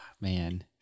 man